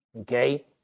Okay